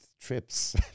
Trips